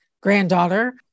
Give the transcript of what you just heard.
granddaughter